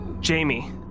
Jamie